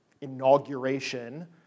inauguration